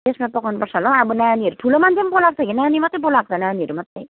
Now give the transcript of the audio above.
त्यसमा पकाउनुपर्छ होला हौ अब नानीहरू ठुलो मान्छे पनि बोलाएको छ कि नानी मात्रै बोलाएको हो नानीहरू मात्रै